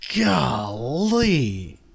golly